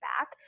back